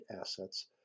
assets